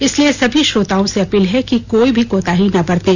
इसलिए सभी श्रोताओं से अपील है कि कोई भी कोताही ना बरतें